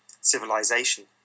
civilization